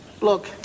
Look